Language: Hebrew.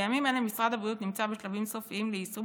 בימים אלה משרד הבריאות נמצא בשלבים סופיים ליישום